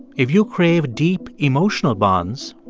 if you crave deep emotional bonds,